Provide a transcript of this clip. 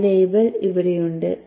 ഓ label ഇവിടെ ഉണ്ട്